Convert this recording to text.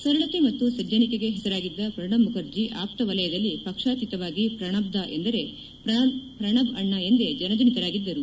ಸರಳತೆ ಮತ್ತು ಸಜ್ಜನಿಕೆಗೆ ಹೆಸರಾಗಿದ್ದ ಪ್ರಣಬ್ ಮುಖರ್ಜಿ ಆಪ್ತ ವಲಯದಲ್ಲಿ ಪಕ್ಷಾತೀತವಾಗಿ ಪ್ರಣಬ್ದಾ ಎಂದರೆ ಪ್ರಣಬ್ ಅಣ್ಣ ಎಂದೇ ಜನಜನಿತರಾಗಿದ್ದರು